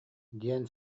диэн